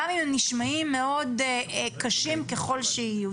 גם אם נשמעים מאוד קשים ככל שיהיו.